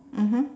mmhmm